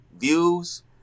views